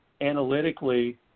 Analytically